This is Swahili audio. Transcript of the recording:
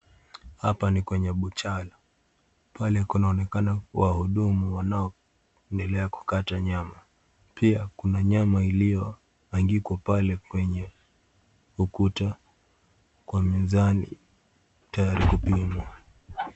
Hapa ni kwenye (cs) buchari (cs). Pale kunaonekana kuwa hudumu wanaoendelea kukata nyama. Pia, kuna nyama iliyoangikwa pale kwenye ukuta kwa mizani tayari kupimwa.